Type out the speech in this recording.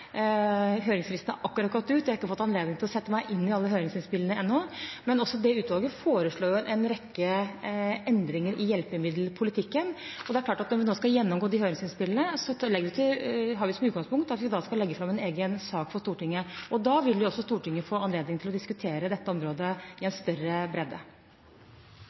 høringsfristen har akkurat gått ut, og jeg har ikke fått anledning til å sette meg inn i alle høringsinnspillene ennå. Men også det utvalget foreslår en rekke endringer i hjelpemiddelpolitikken. Det er klart at når vi nå skal gjennomgå de høringsinnspillene, har vi som utgangspunkt at vi skal legge fram en egen sak for Stortinget. Da vil Stortinget få anledning til å diskutere dette området i en større bredde.